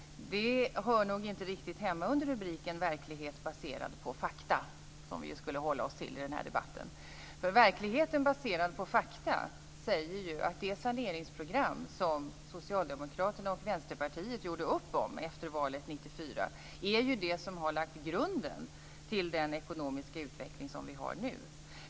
Det hör nog inte riktigt hemma under rubriken "Verklighet baserad på fakta", som vi skulle hålla oss till i denna debatt. Verkligheten baserad på fakta säger ju att det saneringsprogram som Socialdemokraterna och Vänsterpartiet gjorde upp om efter valet 1994 är det som har lagt grunden till den ekonomiska utveckling som vi har nu.